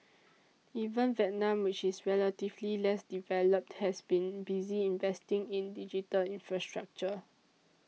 even Vietnam which is relatively less developed has been busy investing in digital infrastructure